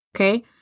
okay